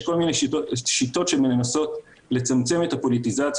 יש כל מיני שיטות שמנסות לצמצם את הפוליטיזציה